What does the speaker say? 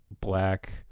black